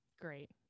Great